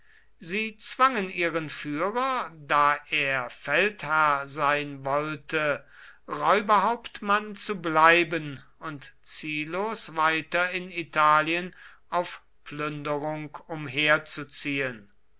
sie zwangen ihren führer da er feldherr sein wollte räuberhauptmann zu bleiben und ziellos weiter in italien auf plünderung umherzuziehen